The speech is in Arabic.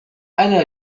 أنا